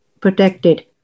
protected